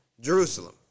Jerusalem